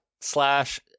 slash